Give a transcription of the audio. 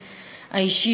האישי,